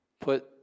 put